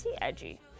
edgy